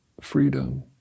freedom